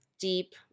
Deep